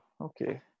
Okay